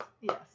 yes